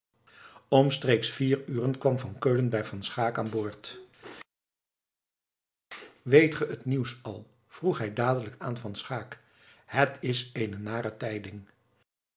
omstreeks vier uren kwam van keulen bij van schaeck aanboord weet ge het nieuws al vroeg hij dadelijk aan van schaeck het is eene nare tijding